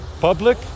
Public